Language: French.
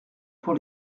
pour